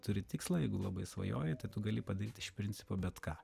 turi tikslą jeigu labai svajoji tai tu gali padaryt iš principo bet ką